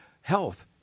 health